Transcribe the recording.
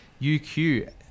UQ